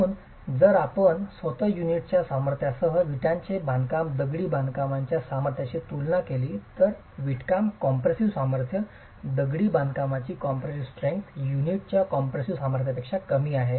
म्हणून जर आपण स्वत च्या युनिटच्या सामर्थ्यासह विटांचे बांधकाम दगडी बांधकामाच्या सामर्थ्याची तुलना केली तर वीटकाम कॉम्पॅसिव्ह सामर्थ्य दगडी बाधकामाची कॉम्प्रेसीव स्ट्रेंग्थ युनिटच्या कंप्रेसिव्ह सामर्थ्यापेक्षा कमी आहे